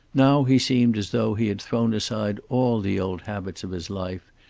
now he seemed as though he had thrown aside all the old habits of his life,